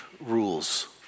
rules